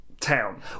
town